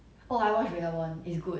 oh okay lah not bad